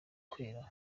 kwera